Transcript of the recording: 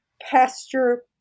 pasture